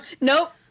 Nope